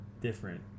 different